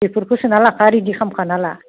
बेफोरखौ सोना लाखा रेडि खालामखाना ला